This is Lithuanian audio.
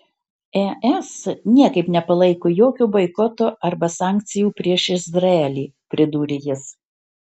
es niekaip nepalaiko jokio boikoto arba sankcijų prieš izraelį pridūrė jis